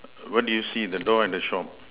what do you see the door and the shop